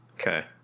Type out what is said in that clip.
Okay